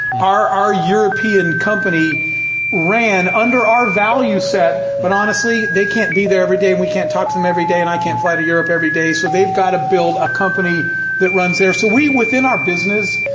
our our european company ran under our value set, but honestly, they can't be there every day, we can't talk to them every day, and i can't fly to europe every day, so they've got to build a company that runs there. so we, within our business,